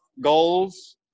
goals